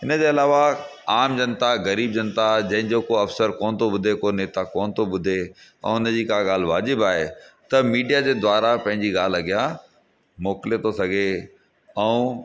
इनजे अलावा आम जनता ग़रीब जनता जंहिंजो को अफ़सर कोन्ह थो ॿुधे को नेता कोन्ह थो ॿुधे ऐं उनजी का ॻाल्हि वाज़िबि आहे त मीडिया जे द्वारा पंहिंजी ॻाल्हि अॻियां मोकलियो थो सघे ऐं